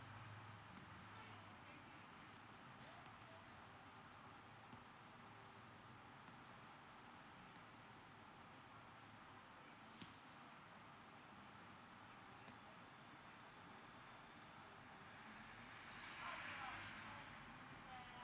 okay